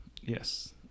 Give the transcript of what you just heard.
Yes